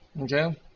Okay